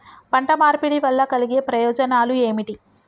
పంట మార్పిడి వల్ల కలిగే ప్రయోజనాలు ఏమిటి?